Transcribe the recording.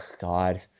God